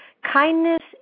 Kindness